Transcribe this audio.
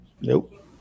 nope